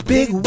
Big